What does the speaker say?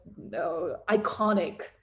iconic